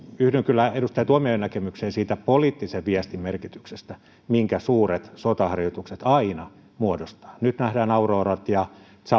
yhdyn kyllä edustaja tuomiojan näkemykseen siitä poliittisen viestin merkityksestä minkä suuret sotaharjoitukset aina muodostavat nyt nähdään aurorat ja